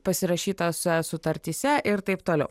pasirašytose sutartyse ir taip toliau